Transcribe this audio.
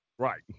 Right